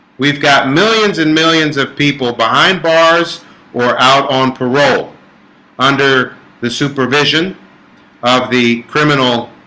we've got millions and millions of people behind bars or out on parole under the supervision of the criminal